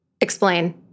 explain